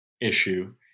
issue